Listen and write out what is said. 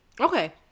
Okay